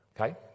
okay